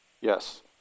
Yes